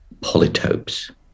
polytopes